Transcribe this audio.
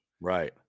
right